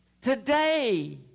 Today